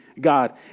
God